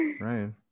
right